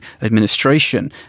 administration